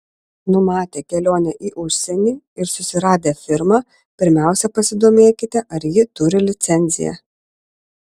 numatę kelionę į užsienį ir susiradę firmą pirmiausia pasidomėkite ar ji turi licenciją